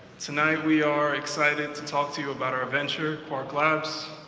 tonight, we are excited to talk to you about our venture, quark labs.